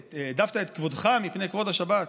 כבודך מפני כבוד השבת?